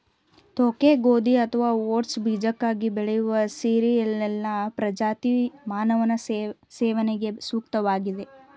ತೋಕೆ ಗೋಧಿ ಅಥವಾ ಓಟ್ಸ್ ಬೀಜಕ್ಕಾಗಿ ಬೆಳೆಯುವ ಸೀರಿಯಲ್ನ ಪ್ರಜಾತಿ ಮಾನವನ ಸೇವನೆಗೆ ಸೂಕ್ತವಾಗಿದೆ